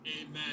Amen